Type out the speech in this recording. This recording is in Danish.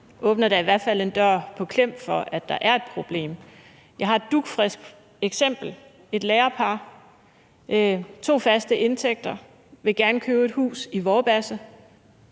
men da i hvert fald åbner en dør på klem for, at der er et problem. Jeg har et dugfrisk eksempel: Et lærerpar med to faste indtægter vil gerne købe et hus i Vorbasse,